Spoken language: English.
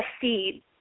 seed